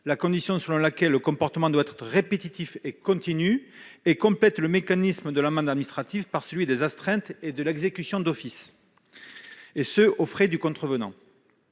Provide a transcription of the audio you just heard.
la condition selon laquelle le comportement doit être répétitif ou continu, et complète le mécanisme de l'amende administrative par celui des astreintes et de l'exécution d'office, aux frais du contrevenant.